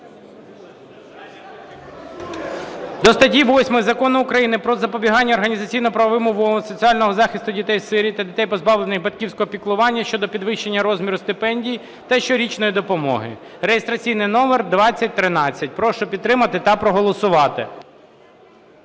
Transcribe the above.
до статті 8 Закону України "Про забезпечення організаційно-правових умов соціального захисту дітей-сиріт та дітей, позбавлених батьківського піклування" щодо підвищення розміру стипендії та щорічної допомоги (реєстраційний номер 2013). Прошу підтримати та проголосувати.